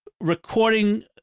recording